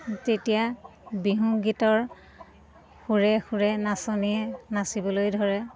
তেতিয়া বিহুগীতৰ সুৰে সুৰে নাচনীয়ে নাচিবলৈ ধৰে